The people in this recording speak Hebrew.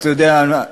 אתה יודע,